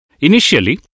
Initially